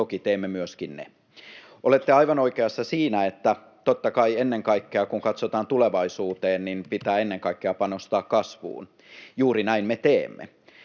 toki teemme myöskin ne. Olette aivan oikeassa siinä, että totta kai, kun katsotaan tulevaisuuteen, pitää ennen kaikkea panostaa kasvuun. Juuri näin me teemme.